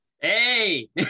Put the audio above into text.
Hey